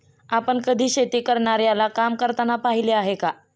आपण कधी शेती करणाऱ्याला काम करताना पाहिले आहे का?